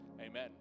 Amen